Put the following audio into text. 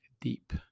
deep